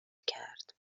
کرد